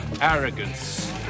arrogance